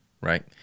right